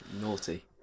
Naughty